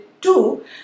Two